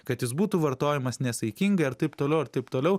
kad jis būtų vartojamas nesaikingai ir taip toliau ir taip toliau